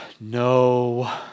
no